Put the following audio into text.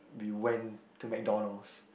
we went to MacDonald's